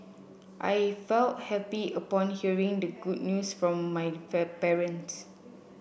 I felt happy upon hearing the good news from my parents